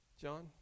John